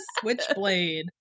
switchblade